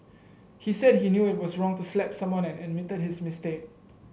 he said he knew it was wrong to slap someone and admitted his mistake